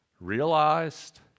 Realized